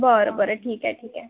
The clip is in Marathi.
बरं बरं ठीक आहे ठीक आहे